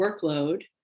workload